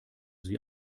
sie